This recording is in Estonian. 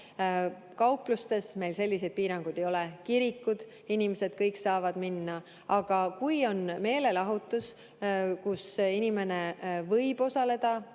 Kauplustes meil selliseid piiranguid ei ole. Kirikud – kõik inimesed saavad minna. Aga kui on meelelahutus, kus inimene võib osaleda,